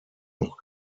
noch